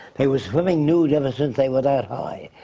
they were swimming nude ever since they were that high.